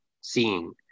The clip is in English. seeing